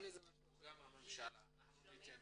עכשיו